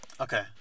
Okay